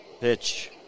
Pitch